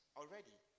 already